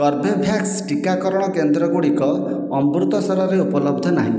କୋର୍ବାଭ୍ୟାକ୍ସ ଟିକାକରଣ କେନ୍ଦ୍ର ଗୁଡ଼ିକ ଅମୃତସର ରେ ଉପଲବ୍ଧ ନାହିଁ